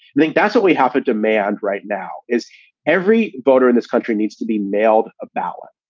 i think that's what we have a demand right now is every voter in this country needs to be mailed a ballot,